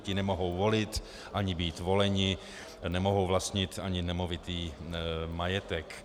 Ti nemohou volit ani být voleni a nemohou vlastnit ani nemovitý majetek.